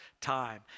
time